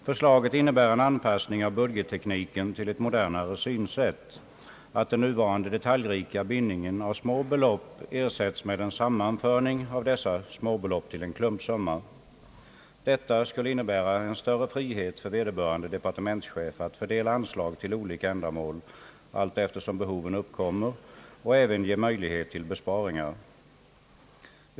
Förslaget innebär en anpassning av budgettekniken till ett modernare synsätt, att den nuvarande detaljrika bindningen av små belopp ersätts med en sammanföring av dessa småbelopp till en klumpsumma. Detta skulle innebära en större frihet för vederbörande departementschef att fördela anslag till olika ändamål, allteftersom behoven uppkommer, och även ge möjlighet till besparingar.